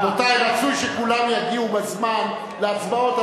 רבותי, רצוי שכולם יגיעו בזמן להצבעות.